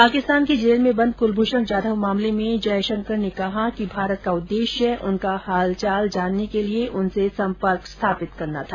पाकिस्तान की जेल में बंद कुलभुषण जाधव मामले में जयशंकर ने कहा कि भारत का उद्देश्य उनका हालचाल जानने के लिए उनसे सम्पर्क स्थापित करना था